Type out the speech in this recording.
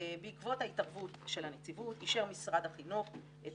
בעקבות ההתערבות של הנציבות אישר משרד החינוך את